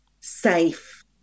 safe